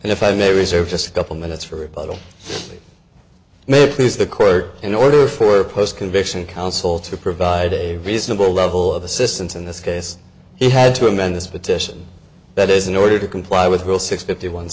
and if i may reserve just a couple minutes for rebuttal may please the court in order for a post conviction counsel to provide a reasonable level of assistance in this case he had to amend this petition that is in order to comply with rule six fifty one